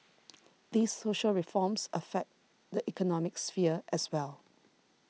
these social reforms affect the economic sphere as well